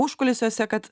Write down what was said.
užkulisiuose kad